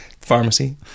Pharmacy